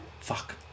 fuck